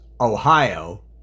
Ohio